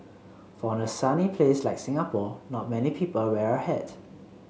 for a sunny place like Singapore not many people wear a hat